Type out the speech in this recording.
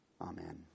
Amen